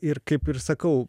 ir kaip ir sakau